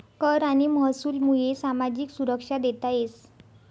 कर आणि महसूलमुये सामाजिक सुरक्षा देता येस